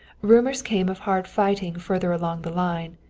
rumors came of hard fighting farther along the line,